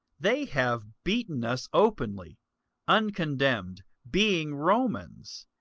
they have beaten us openly uncondemned, being romans,